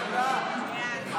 47 בעד, 63 נגד.